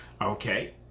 Okay